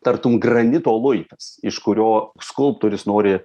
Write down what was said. tartum granito luitas iš kurio skulptorius nori